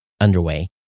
underway